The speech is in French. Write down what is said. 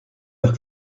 leur